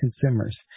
consumers